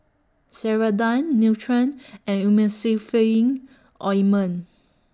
Ceradan Nutren and Emulsying Ointment